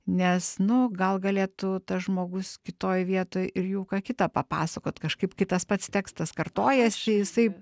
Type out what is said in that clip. nes nu gal galėtų tas žmogus kitoj vietoj ir jau ką kita papasakot kažkaip kai tas pats tekstas kartojasi jisai